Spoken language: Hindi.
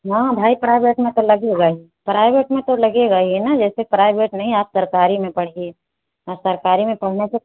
हाँ भाई प्राइभेट में तो लगेगा ही प्राइभेट में तो लगेगा ही हैं ना जैसे प्राइभेट नहीं आप सरकारी में पढ़िए और सरकारी में पढ़ने से